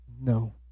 No